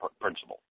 Principle